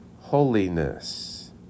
holiness